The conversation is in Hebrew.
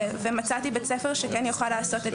ומצאתי בית ספר שכן יוכל לעשות את זה.